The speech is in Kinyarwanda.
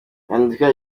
andika